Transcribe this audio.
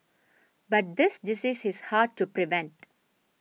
but this disease is hard to prevent